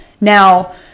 Now